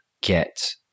get